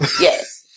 Yes